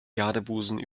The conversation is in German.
jadebusen